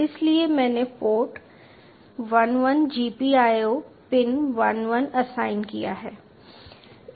इसलिए मैंने port 11 GPIO pin 11 assign किया है